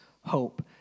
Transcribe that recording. hope